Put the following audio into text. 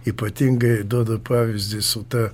ypatingai duodu pavyzdį su ta